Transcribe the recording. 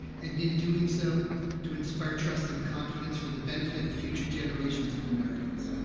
and in doing so to inspire trust and confidence for the benefit of future generations of americans.